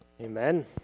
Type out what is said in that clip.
Amen